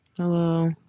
Hello